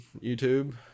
YouTube